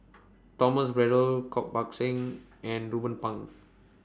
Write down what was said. Thomas Braddell Koh Buck Song and Ruben Pang